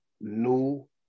new